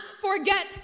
forget